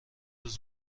روز